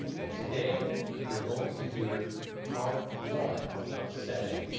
but today you're going to hear part one of seven.